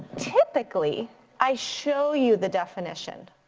typically i show you the definition.